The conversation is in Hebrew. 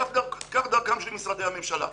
כך דרכם של משרדי הממשלה.